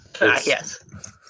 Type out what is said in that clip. Yes